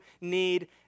need